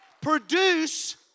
produce